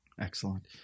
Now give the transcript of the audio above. Excellent